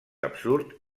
absurd